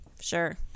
sure